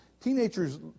teenagers